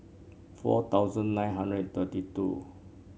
four thousand nine hundred and thirty two